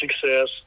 success